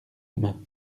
demain